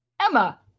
Emma